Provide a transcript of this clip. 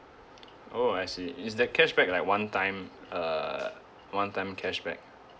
oh I see is that cashback like one time uh one time cashback